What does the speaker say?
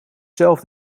zelf